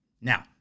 Now